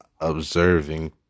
observing